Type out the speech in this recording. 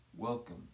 Welcome